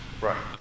Right